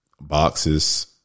Boxes